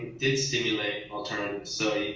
did stimulate alternatives. so